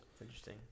interesting